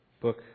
book